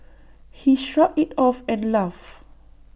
he shrugged IT off and laughed